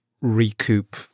recoup